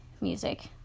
music